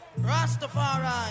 Rastafari